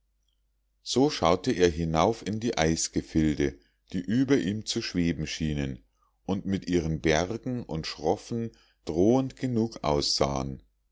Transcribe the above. so schaute er hinauf in die eisgefilde die über ihm zu schweben schienen und mit ihren bergen und schroffen drohend genug aussahen